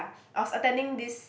I was attending this